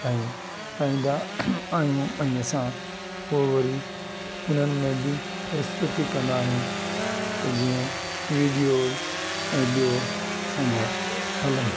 ऐं गाईंदा आहियूं ऐं असां पोइ वरी इन्हनि में बि प्रस्तुति कंदा आहियूं त जीअं वीडियो ऐं ॿियों असांजा हलनि